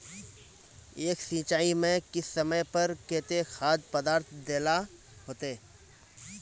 एक सिंचाई में किस समय पर केते खाद पदार्थ दे ला होते?